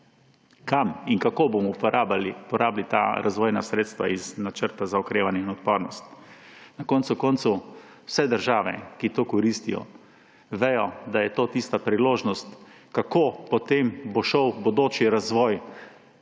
kam in kako bomo uporabili ta razvojna sredstva iz Načrta za okrevanje in odpornost. Na koncu koncev vse države, ki to koristijo, vedo, da je to tista priložnost, kako potem bo šel bodoči razvoj